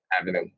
Avenue